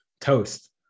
toast